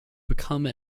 become